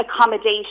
accommodation